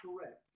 correct